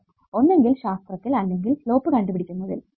ഒന്നെങ്കിൽ ശാസ്ത്രത്തിൽ അല്ലെങ്കിൽ സ്ലോപ്പ് കണ്ടുപിടിക്കുന്നത്തിൽ അങ്ങനെ